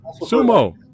Sumo